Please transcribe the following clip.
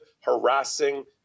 harassing